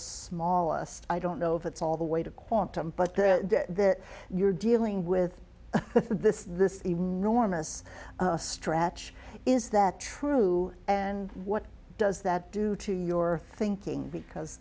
smallest i don't know if it's all the way to quantum but the you're dealing with this this enormous stretch is that true and what does that do to your thinking because